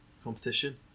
Competition